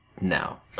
no